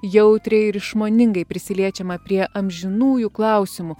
jautriai ir išmoningai prisiliečiama prie amžinųjų klausimų